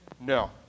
No